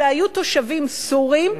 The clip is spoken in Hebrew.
אלה היו תושבים סורים,